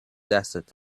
desert